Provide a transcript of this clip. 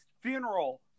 funeral